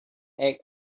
act